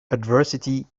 adversity